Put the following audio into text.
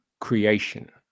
creation